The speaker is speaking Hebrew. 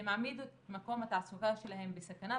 זה מעמיד את מקום התעסוקה שלהן בסכנה,